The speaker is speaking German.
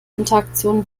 interaktion